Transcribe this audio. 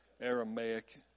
Aramaic